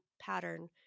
pattern